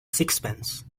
sixpence